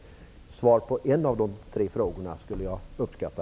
Besked på en av dessa tre punkter skulle jag uppskatta.